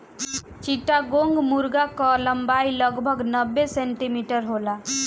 चिट्टागोंग मुर्गा कअ लंबाई लगभग नब्बे सेंटीमीटर होला